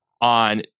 on